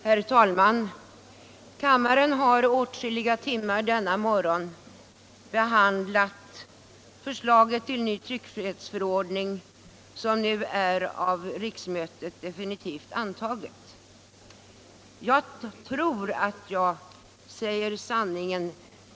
Herr talman! Kammaren har åtskilliga timmar denna morgon behandlat det förslag till ny tryckfrihetsförordning som nu är av riksmötet delinitivt antaget. Jag tror att jag säger sanningen.